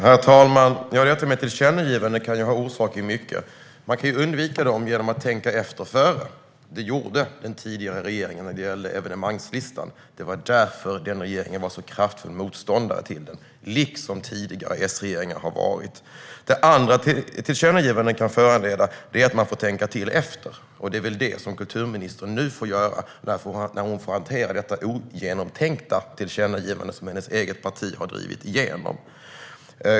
Herr talman! Tillkännagivanden kan ju ha orsaker i mycket. Man kan undvika dem genom att tänka efter före. Det gjorde den tidigare regeringen när det gällde evenemangslistan. Det var därför den regeringen var en så kraftfull motståndare till den, liksom tidigare S-regeringar har varit. Tillkännagivanden kan också föranleda att man får tänka till efter, och det är väl det som kulturministern nu får göra när hon har att hantera detta ogenomtänkta tillkännagivande som hennes eget parti har drivit igenom.